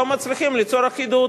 לא מצליחים ליצור אחידות.